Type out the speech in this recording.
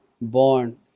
born